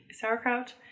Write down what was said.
sauerkraut